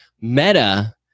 Meta